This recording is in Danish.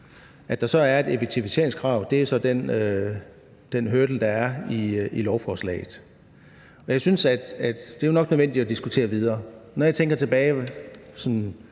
At der så er et effektiviseringskrav, er den hurdle, der er i lovforslaget, og jeg synes, at det jo nok er nødvendigt at diskutere det videre. Når jeg tænker tilbage